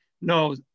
No